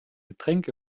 getränk